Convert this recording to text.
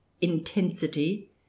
intensity